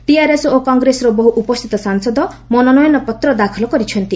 TRS ଓ କଂଗ୍ରେସର ବହୁ ଉପସ୍ଥିତ ସାଂସଦ ମନୋନୟନ ପତ୍ର ଦାଖଲ କରିଛନ୍ତି